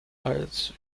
als